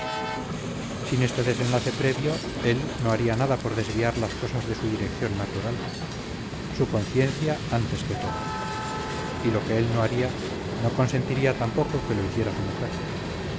sin este desenlace previo él no haría nada por desviar las cosas de su dirección natural su conciencia antes que todo y lo que él no haría no consentía tampoco que lo hiciera su mujer